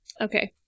Okay